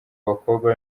abakobwa